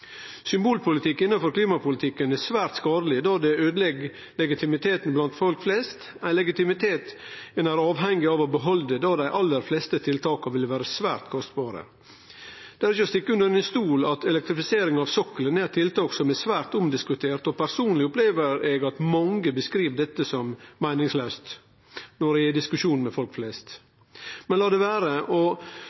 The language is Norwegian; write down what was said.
Symbolpolitikk innanfor klimapolitikken er svært skadeleg, då det øydelegg legitimiteten blant folk flest, ein legitimitet ein er avhengig av å behalde fordi dei aller fleste tiltaka vil vere svært kostbare. Det er ikkje til å stikke under stol at elektrifiseringa av sokkelen er eit tiltak som er svært omdiskutert, og personleg opplever eg at mange beskriv dette som meiningslaust, når eg er i diskusjon med folk flest. Men la det vere,